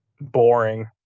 Boring